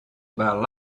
about